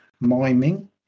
miming